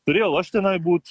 turėjau aš tenai būt